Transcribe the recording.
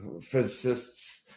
Physicists